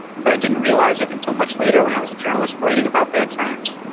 but i didn't realize it until much later when i was a journalist writing about bad science,